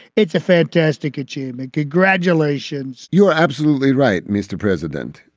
it's a fantastic achievement. congratulations you're absolutely right, mr. president.